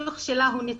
החיוך שלה הוא נצחי,